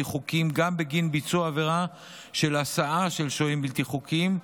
חוקיים גם בגין ביצוע עבירה של הסעה של שוהים בלתי חוקיים,